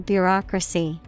Bureaucracy